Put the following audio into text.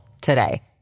today